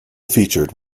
featured